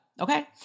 Okay